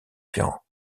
ferrand